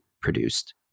produced